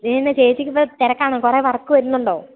അത് തന്നെ ചേച്ചിക്ക് ഇപ്പം തിരക്കാണ് കുറേ വർക്ക് വരുന്നുണ്ടോ